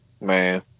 Man